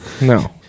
No